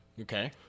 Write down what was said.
Okay